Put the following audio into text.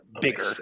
bigger